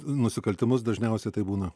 nusikaltimus dažniausiai tai būna